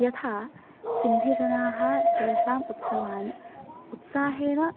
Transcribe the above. यथा सिन्धीजनाः तेषाम् उत्सवान् उत्साहेन